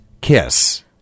Kiss